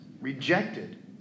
rejected